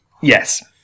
Yes